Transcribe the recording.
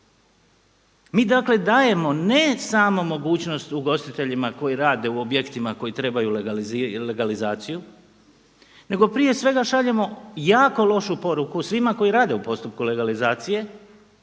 Mi dakle dajemo ne samo mogućnost ugostiteljima koji rade u objektima koje trebaju legalizaciju, nego prije svega šaljemo jako lošu poruku svima koji rade u postupku legalizacije